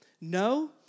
No